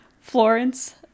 Florence